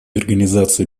организацией